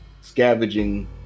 scavenging